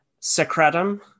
Secretum